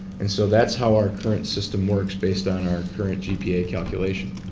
and so that's how our current system works, based on our current gpa calculations.